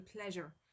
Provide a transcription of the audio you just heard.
pleasure